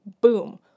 Boom